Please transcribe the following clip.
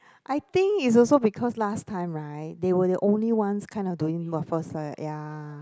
I think it's also because last time right they were the only ones kind of doing waffles like ya